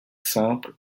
simples